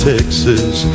Texas